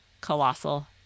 colossal